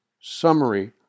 Summary